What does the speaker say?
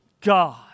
God